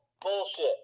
bullshit